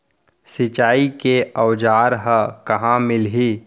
सिंचाई के औज़ार हा कहाँ मिलही?